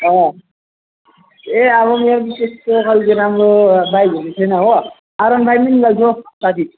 अँ ए अब मेरो नि त्यस्तो खालको राम्रो बाइकहरू छैन हो आरवान बाइकै निकाल्छु हौ साथी